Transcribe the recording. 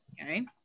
okay